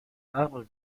art